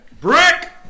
Brick